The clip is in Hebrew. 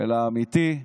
אלא האמיתי,